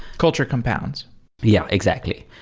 culture compounds yeah, exactly.